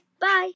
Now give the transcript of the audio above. Bye